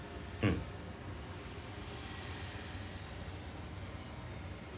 mm